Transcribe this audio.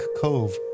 Cove